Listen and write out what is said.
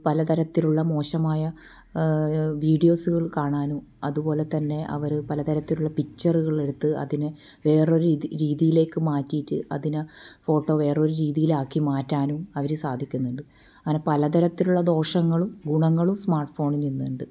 പല തരത്തിലുള്ള മോശമായ വീഡിയോസുകൾ കാണാനും അതുപോലെ തന്നെ അവർ പല തരത്തിലുള്ള പിക്ചറുകൾ എടുത്ത് അതിനെ വേറൊരു രീതിയിലേക്ക് മാറ്റിട്ട് അതിനെ ഫോട്ടോ വേറൊരു രീതിയിലാക്കി മാറ്റാനും അവർ സാധിക്കുന്നുണ്ട് അങ്ങനെ പല തരത്തിലുള്ള ദോഷങ്ങളും ഗുണങ്ങളും സ്മാർട്ട് ഫോണിന് ഇന്നുണ്ട്